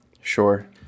Sure